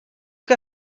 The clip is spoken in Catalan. que